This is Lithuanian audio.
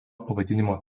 pavadinimo